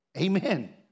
Amen